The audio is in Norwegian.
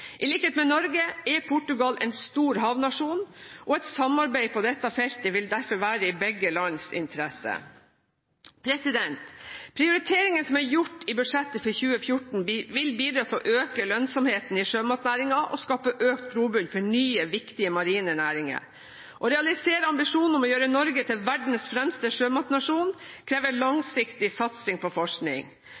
I likhet med Norge er Portugal en stor havnasjon, og et samarbeid på dette feltet vil derfor være i begge lands interesse. Prioriteringene som er gjort i budsjettet for 2014, vil bidra til å øke lønnsomheten i sjømatnæringen og skape økt grobunn for nye viktige marine næringer. Å realisere ambisjonen om å gjøre Norge til verdens fremste sjømatnasjon krever langsiktig satsing på forskning.